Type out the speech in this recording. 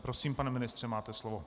Prosím, pane ministře, máte slovo.